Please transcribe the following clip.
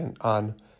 on